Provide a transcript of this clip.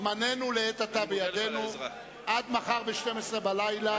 זמננו לעת עתה בידינו, עד מחר בשתיים-עשרה בלילה.